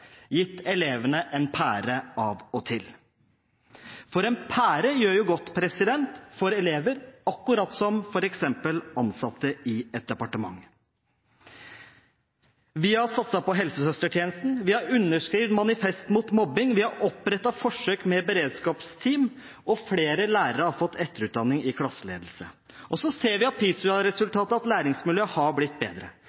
gitt elevene en pære av og til. For en pære gjør jo godt for elever – akkurat som f.eks. ansatte i et departement. Vi har satset på helsesøstertjenesten, vi har underskrevet Manifest mot mobbing, vi har opprettet forsøk med beredskapsteam, og flere lærere har fått etterutdanning i klasseledelse. Så ser vi av PISA-undersøkelsen at